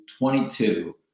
22